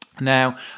now